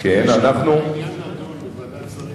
אחרי שהעניין נדון בוועדת שרים